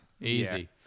Easy